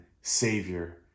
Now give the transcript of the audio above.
Savior